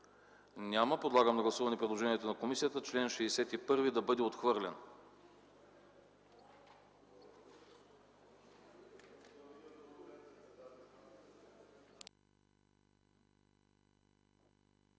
Няма. Подлагам на гласуване предложението на комисията чл. 63 да бъде отхвърлен.